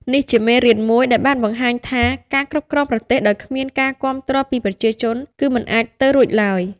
នេះជាមេរៀនមួយដែលបានបង្ហាញថា ការគ្រប់គ្រងប្រទេសដោយគ្មានការគាំទ្រពីប្រជាជនគឺមិនអាចទៅរួចឡើយ។